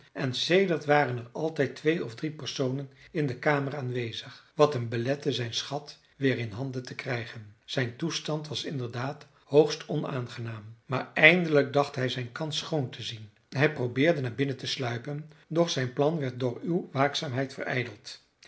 en sedert waren er altijd twee of drie personen in de kamer aanwezig wat hem belette zijn schat weer in handen te krijgen zijn toestand was inderdaad hoogst onaangenaam maar eindelijk dacht hij zijn kans schoon te zien hij probeerde naar binnen te sluipen doch zijn plan werd door uw